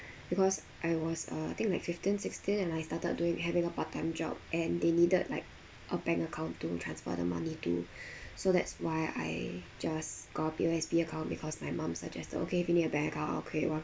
because I was uh I think like fifteen sixteen and I started doing having a part-time job and they needed like a bank account to transfer the money to so that's why I just got a P_O_S_B account because my mum suggested okay if you need a bank account I'll create one